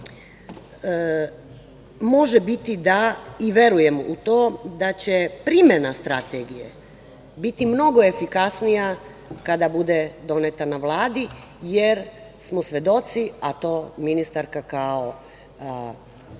može biti da i verujem u to da će primena strategije biti mnogo efikasnija kada bude doneta na Vladi, jer smo svedoci, a to ministarka,